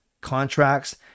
contracts